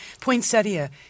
Poinsettia